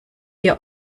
hier